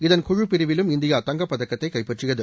இதன் குழுப்பிரிவிலும் இந்தியா தங்கப் பதக்கத்தை கைப்பற்றியது